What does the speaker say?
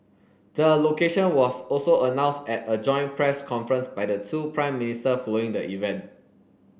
the location was also announced at a joint press conference by the two Prime Minister flowing the event